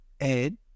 Ed